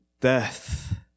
death